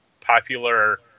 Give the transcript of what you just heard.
popular